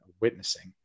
witnessing